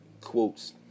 quotes